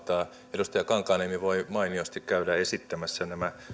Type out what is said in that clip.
edustaja kankaanniemi voi mainiosti käydä esittämässä nämä